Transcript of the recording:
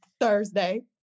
Thursday